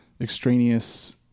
extraneous